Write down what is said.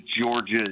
Georgia